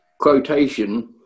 quotation